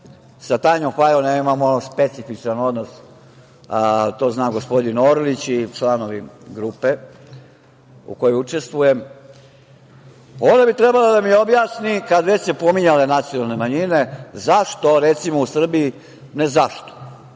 sa Tanjom Fajon imamo specifičan odnos, to znamo gospodin Orlić i članovi grupe u kojoj učestvuje, pa bi ona trebala da mi objasni kada su se već pominjale nacionalne manjine, zašto u Srbiji, ne zašto,